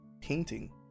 painting